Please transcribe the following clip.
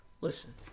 Listen